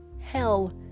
hell